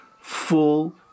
full